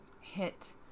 hit